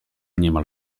niemal